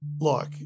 Look